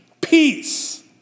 peace